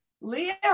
Leo